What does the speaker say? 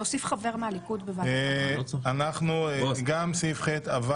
אנחנו עוברים לסעיף ח':